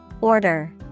order